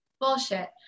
bullshit